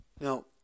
Now